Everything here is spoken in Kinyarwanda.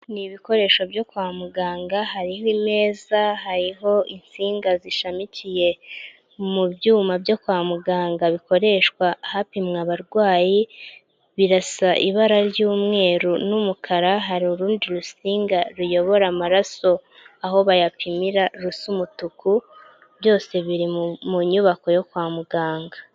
Ni ibikoresho byo kwa muganga hariho imeza, hariho insinga zishamikiye mu byuma byo kwa muganga bikoreshwa hapimwa abarwayi, birasa ibara ry'umweru n'umukara, hari urundi runsinga ruyobora amaraso aho bayapimira rusa umutuku, byose biri mu nyubako yo kwa muganga.